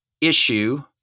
issue